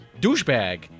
douchebag